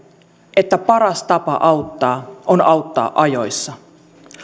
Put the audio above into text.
että paras tapa auttaa on auttaa ajoissa